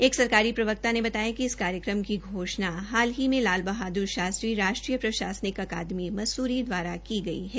एक सरकारी प्रवक्ता ने बताया कि इस कार्यक्रम की घोषणा हाल ही में लाल बहाद्रर शास्त्री राष्ट्रीय प्रशासनिक अकादमी मसूरी दवारा की गई है